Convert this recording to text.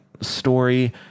story